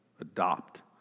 adopt